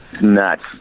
Nuts